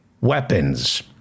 weapons